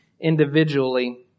individually